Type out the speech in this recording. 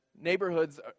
neighborhoods